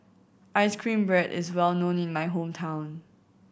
ice cream bread is well known in my hometown